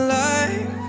life